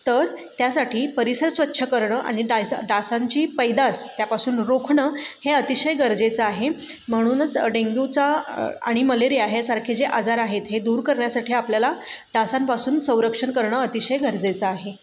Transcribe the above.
तर त्यासाठी परिसर स्वच्छ करणं आणि डायस डासांची पैदास त्यापासून रोखणं हे अतिशय गरजेचं आहे म्हणूनच डेंग्यूचा आणि मलेरिया ह्यासारखे जे आजार आहेत हे दूर करण्यासाठी आपल्याला डासांपासून संरक्षण करणं अतिशय गरजेचं आहे